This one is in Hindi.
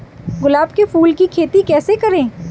गुलाब के फूल की खेती कैसे करें?